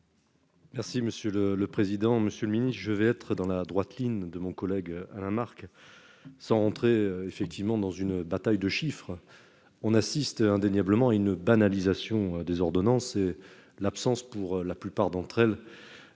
Merci Monsieur le le président, Monsieur le Ministre, je vais être dans la droite ligne de mon collègue Alain Marc, son entrée effectivement dans une bataille de chiffres, on assiste indéniablement une banalisation des ordonnances et l'absence, pour la plupart d'entre elles